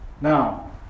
Now